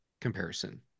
comparison